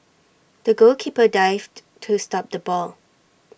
the goalkeeper dived to stop the ball